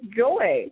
joy